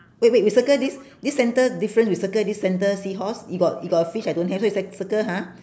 wait wait we circle this this center difference you circle this center seahorse you got you got a fish I don't have so you ci~ circle ha